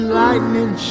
lightning